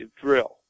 drill